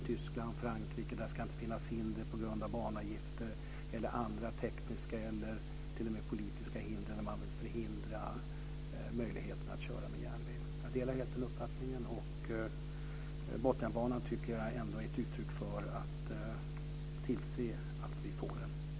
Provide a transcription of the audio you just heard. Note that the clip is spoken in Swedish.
Det ska inte finnas några hinder på grund av banavgifter och inte heller några tekniska eller t.o.m. politiska hinder när det gäller möjligheterna att köra på järnväg. Jag delar helt den uppfattningen. Jag tycker att Botniabanan är ett exempel på hur vi kan tillse att vi får en bättre miljö.